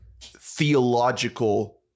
theological